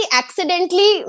accidentally